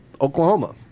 Oklahoma